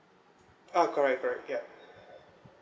uh correct correct yup